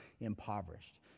impoverished